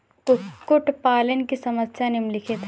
कुक्कुट पालन की समस्याएँ निम्नलिखित हैं